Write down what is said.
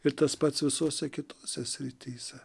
ir tas pats visose kitose srityse